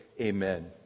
amen